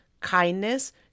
kindness